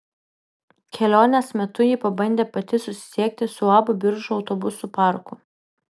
kelionės metu ji pabandė pati susisiekti su uab biržų autobusų parku